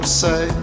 say